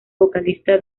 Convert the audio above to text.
vocalista